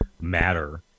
matter